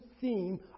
theme